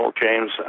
James